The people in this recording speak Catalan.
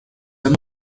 hem